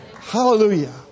Hallelujah